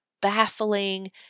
baffling